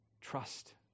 Trust